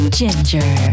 ginger